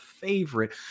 favorite